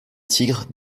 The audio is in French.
tigres